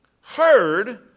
heard